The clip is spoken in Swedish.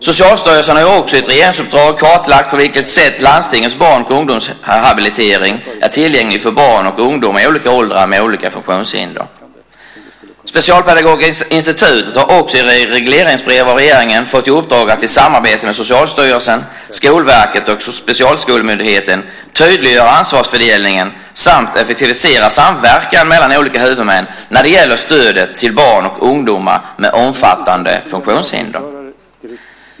Socialstyrelsen har också i ett regeringsuppdrag kartlagt på vilket sätt landstingens barn och ungdomshabilitering är tillgänglig för barn och ungdomar i olika åldrar med olika funktionshinder. Specialpedagogiska institutet har också i regleringsbrev av regeringen fått i uppdrag att i samarbete med Socialstyrelsen, Skolverket och Specialskolemyndigheten tydliggöra ansvarsfördelningen samt effektivisera samverkan mellan olika huvudmän när det gäller stödet till barn och ungdomar med omfattande funktionshinder.